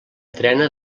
trena